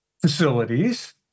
facilities